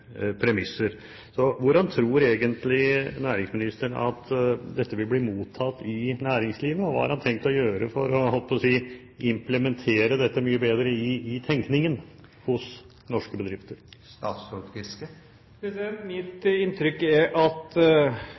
premisser. Hvordan tror egentlig næringsministeren at dette vil bli mottatt i næringslivet? Hva har han tenkt å gjøre for å – jeg holdt på å si – implementere dette mye bedre i tenkningen i norske bedrifter? Mitt inntrykk er at